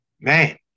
man